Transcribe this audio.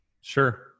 Sure